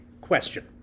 Question